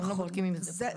אתם לא בודקים אם זה טופל.